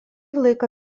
laiką